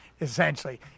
Essentially